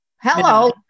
hello